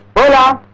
bhola.